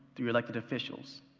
through elected official.